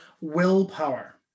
willpower